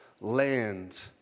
Land